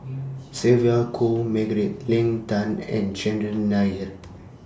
Sylvia Kho Margaret Leng Tan and Chandran Nair